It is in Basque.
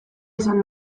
izan